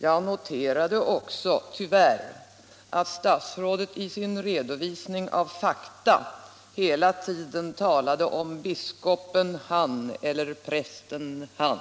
Jag noterade också — tyvärr — att statsrådet i sin redovisning av fakta hela tiden talade om biskopen han eller prästen han.